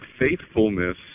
faithfulness